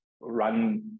run